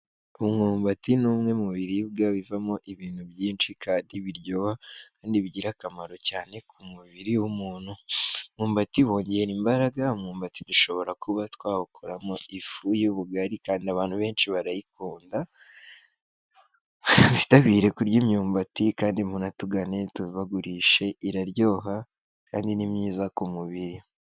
Umwumbati ni umwe mu biribwa bivamo ibintu byinshi kandi biryoha kandi bigira akamaro cyane ku mubiri w'umuntu. Umwumbati wongera imbaraga, umwumbati dushobora kuba twawukoramo ifu y'ubugari kandi abantu benshi barayikunda. Twitabire kurya imyumbati kandi munatugane tubagurishe iraryoha kandi ni myiza ku mubiri.